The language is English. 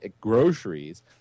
groceries